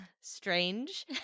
strange